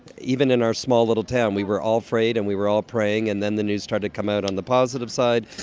even in our small little town we were all afraid and we were all praying. and then the news started to come out on the positive side,